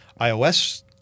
iOS